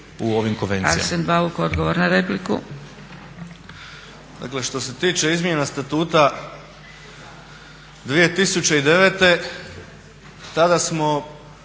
u ovim konvencijama.